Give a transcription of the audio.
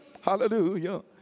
Hallelujah